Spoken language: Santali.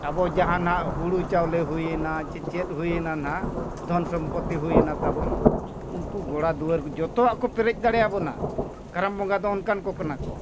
ᱟᱵᱚ ᱡᱟᱦᱟᱸ ᱱᱟᱜ ᱦᱩᱲᱩ ᱪᱟᱣᱞᱮ ᱦᱩᱭᱮᱱᱟ ᱥᱮ ᱪᱮᱫ ᱦᱩᱭᱮᱱᱟ ᱦᱟᱸᱜ ᱫᱷᱚᱱ ᱥᱚᱢᱯᱚᱛᱛᱤ ᱦᱩᱭ ᱮᱱᱟ ᱛᱟᱵᱚᱱ ᱩᱱᱠᱩ ᱜᱚᱲᱟ ᱫᱩᱣᱟᱹᱨ ᱡᱷᱚᱛᱚᱣᱟᱜ ᱠᱚ ᱯᱮᱨᱮᱡ ᱫᱟᱲᱮᱭᱟᱵᱚᱱᱟ ᱠᱟᱨᱟᱢ ᱵᱚᱸᱜᱟ ᱫᱚ ᱚᱱᱠᱟᱱ ᱠᱚ ᱠᱟᱱᱟ ᱠᱚ